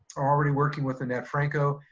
already working with annette franco,